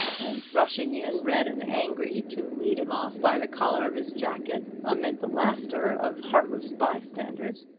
and rushing in, red and angry, to lead him off by the collar of his jacket, amid the laughter of heartless bystanders.